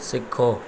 सिखो